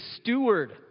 steward